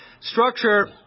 Structure